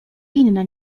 inna